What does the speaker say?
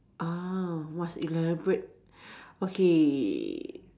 ah must elaborate okay